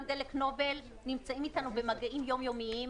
גם דלק ונובל נמצאים איתנו במגעים יום-יומיים.